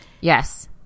yes